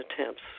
attempts